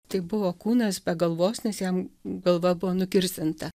tai buvo kūnas be galvos nes jam galva buvo nukirsdinta